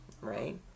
right